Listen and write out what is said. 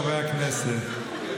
חברי הכנסת,